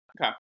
Okay